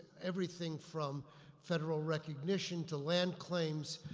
everything from federal recognition, to land claims,